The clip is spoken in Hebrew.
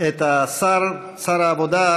את שר העבודה,